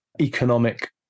economic